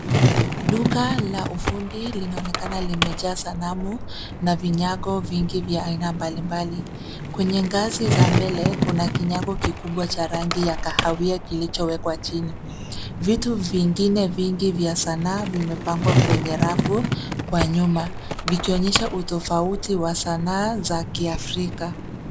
Duka la ufundi linaonekana limejaa sanamu, na vinyago vingi vya aina mbalimbali, kwenye gazi za mbele, kuna kinyago kikubwa cha rangi ya kahawia kilichowekwa chini. Vitu vingine vingi vya sanaa vimepangwa kwenye rafu, kwa nyuma, vikionyesha utofauti wa sanaa za kiafrika.